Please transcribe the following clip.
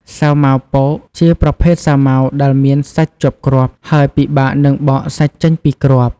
សាវម៉ាវពក ជាប្រភេទសាវម៉ាវដែលមានសាច់ជាប់គ្រាប់ ហើយពិបាកនឹងបកសាច់ចេញពីគ្រាប់។